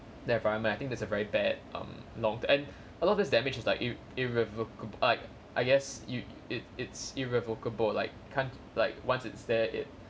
that environment I think that's a very bad um long and a lot of this damage is like ir~ ir~ irrevoca~ I I guess you it it's irrevocable like can't like once it's there it